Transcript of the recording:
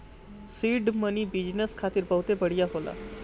seed money business खातिर बहुते बढ़िया होला